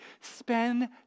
Spend